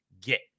get